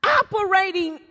operating